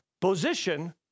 position